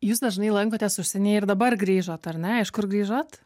jūs dažnai lankotės užsienyje ir dabar grįžot ar ne iš kur grįžot